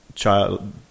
child